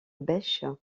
bêche